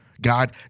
God